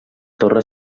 torre